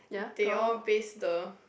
they all based the